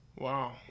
wow